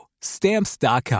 Stamps.com